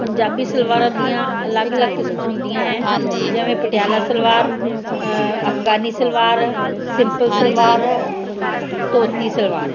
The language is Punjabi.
ਪੰਜਾਬੀ ਸਲਵਾਰਾਂ ਦੀਆਂ ਅਲੱਗ ਅਲੱਗ ਕਿਸਮਾਂ ਹੁੰਦੀਆਂ ਹੈ ਜਿਵੇਂ ਪਟਿਆਲਾ ਸਲਵਾਰ ਅਫ਼ਗਾਨੀ ਸਲਵਾਰ ਸਿੰਪਲ ਸਲਵਾਰ ਧੋਤੀ ਸਲਵਾਰ